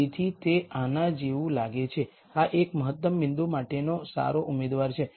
તેથી તે આના જેવું લાગે છે આ એક મહત્તમ બિંદુ માટેનો સારો ઉમેદવાર છે